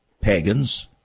pagans